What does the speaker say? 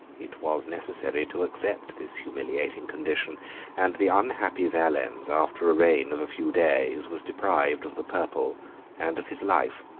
it was necessary to accept this humiliating condition and the unhappy valens, after a reign of a few days, was deprived of the purple and of his life.